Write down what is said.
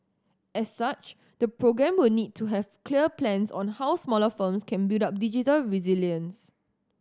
as such the programme will need to have clear plans on how smaller firms can build up digital resilience